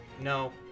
No